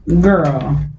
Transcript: Girl